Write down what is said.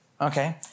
Okay